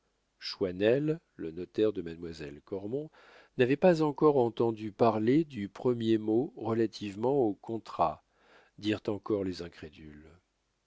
choisnel le notaire de mademoiselle cormon n'avait pas encore entendu parler du premier mot relativement au contrat dirent encore les incrédules